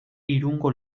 irungo